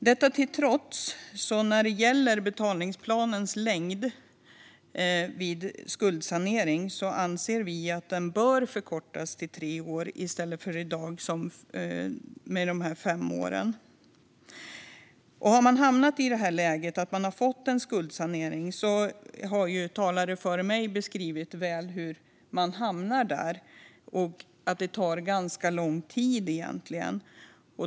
Detta till trots anser vi att betalningsplanens längd vid skuldsanering bör förkortas till tre år från dagens fem år. Talare före mig har beskrivit väl hur man hamnar i det läge där man får skuldsanering och att det tar ganska lång tid.